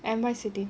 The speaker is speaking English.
N_Y city